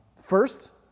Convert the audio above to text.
First